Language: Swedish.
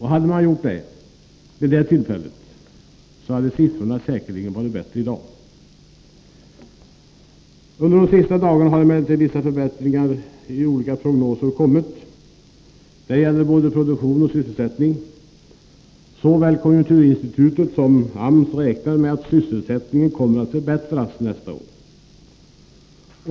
Hade man gjort detta vid det tillfället, hade siffrorna säkert varit bättre i dag. Under de senaste dagarna har emellertid vissa förbättrade prognoser kommit för både produktion och sysselsättning. Såväl konjunkturinstitutet som AMS räknar med att sysselsättningsläget kommer att förbättras under nästa år.